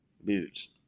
boots